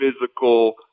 physical